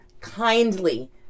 kindly